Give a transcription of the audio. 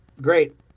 Great